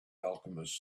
alchemist